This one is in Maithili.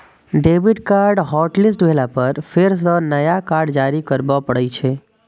डेबिट कार्ड हॉटलिस्ट भेला पर फेर सं नया कार्ड जारी करबे पड़ै छै